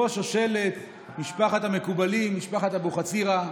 ראש שושלת משפחת המקובלים משפחת אבוחצירא,